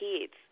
kids